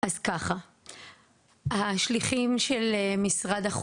כולנו היינו צריכים זמן.